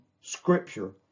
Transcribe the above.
scripture